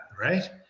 right